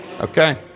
okay